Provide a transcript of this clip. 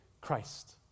Christ